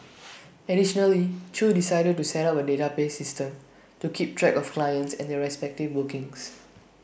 additionally chew decided to set up A database system to keep track of clients and their respective bookings